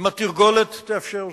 אם התרגולת תאפשר זאת,